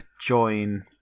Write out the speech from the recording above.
Join